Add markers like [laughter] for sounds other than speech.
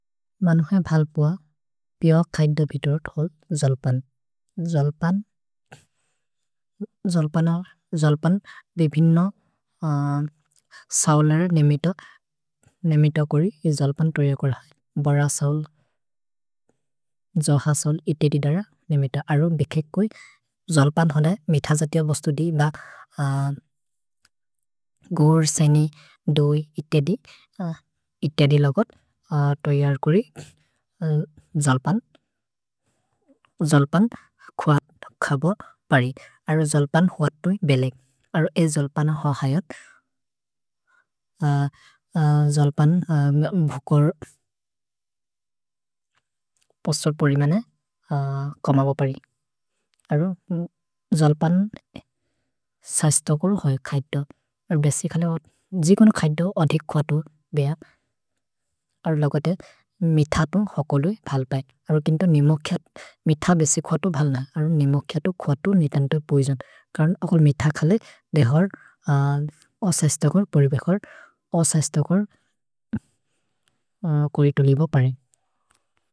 मनुहए भल्पुअ पिअ खय्द वितुरत् होल् जोल्पन्। जोल्पन्, जोल्पन, जोल्पन् बेबिन सौलर नेमित, नेमित कोरि जोल्पन् तोय कोर। भर सौल्, जोह सौल् इतेदि दर नेमित। अरो बिखेक् कोइ जोल्पन् होद मिथ जतेओ वस्तु दि ब [hesitation] गुर्, सेनि, दोइ, इतेदि। इतेदि लोगत् तोय कोरि [hesitation] जोल्पन्। जोल्पन् खुअ खब परि। अरो जोल्पन् हुअतु बेलेग्। अरो ए जोल्पन होहयत्, [hesitation] जोल्पन् भुकोर् [hesitation] पोस्तोर् पोरिमने [hesitation] कमबो परि। अरो जोल्पन् [hesitation] सहिस्तकोर् होय् खय्द। अरो बेसि खले, जिकोन् खय्द हो अधिक् खुअ तो बेह। [hesitation] अरो लोगते मिथ तो होकोलु भल्पय्। अरो किन्त नेमोख्य, मिथ बेसि खुअ तो भल्न। अरो नेमोख्य तो खुअ तो नितन् तो पुजन्। करन् अकोल् मिथ खले देहर् [hesitation] अह्सहिस्तकोर् पोरिबेकर्, अह्सहिस्तकोर् [hesitation] कोरितो लिब परे।